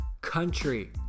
country